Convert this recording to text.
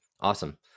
Awesome